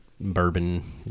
Bourbon